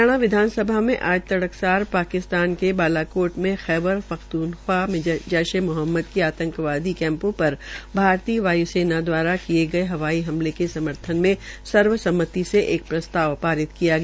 हरियाणा विधानसभा में आज तड़कसार पाकिस्तान के बालाकोट के खैबर पखतुनवा में जैसे मोहम्मद के आंतकवादी कैंपो पर भारतीय वायु सैना दवारा कीये गये हवाई हमले के समर्थन में सर्वसम्मति से एक प्रस्ताव पातिर किया गया